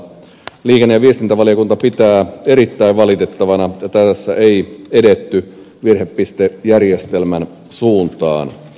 liikenne ja viestintävaliokunta pitää erittäin valitettavana että tässä ei edetty virhepistejärjestelmän suuntaan